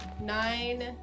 Nine